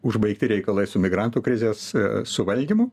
užbaigti reikalai su migrantų krizės suvaldymu